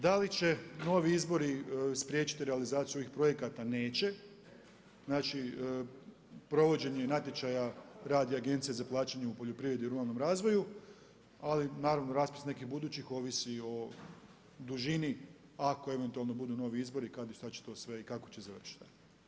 Da li će novi izbori spriječiti realizaciju ovih projekata neće, znači, provođenje natječaja radio agencija za plaćanje u poljoprivredi i ruralnom razvoju ali naravno raspis nekih budućih ovisi o dužni ako eventualno budu novi izbori kada i šta će to sve i kako će završiti.